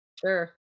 sure